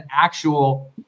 actual